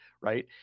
right